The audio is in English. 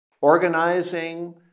organizing